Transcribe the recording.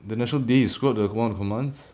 the national day he screwed up the one of the commands